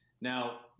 now